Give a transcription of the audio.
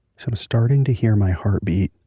so i'm starting to hear my heartbeat.